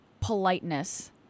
politeness